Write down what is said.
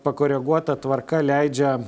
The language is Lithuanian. pakoreguota tvarka leidžia